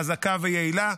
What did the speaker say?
חזקה ויעילה.